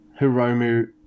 Hiromu